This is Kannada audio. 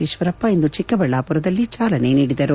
ಈತ್ತರಪ್ಪ ಇಂದು ಚಿಕ್ಕಬಳ್ಲಾಪುರದಲ್ಲಿ ಚಾಲನೆ ನೀಡಿದರು